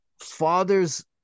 fathers